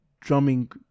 drumming